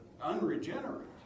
unregenerate